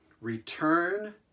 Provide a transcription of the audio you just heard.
return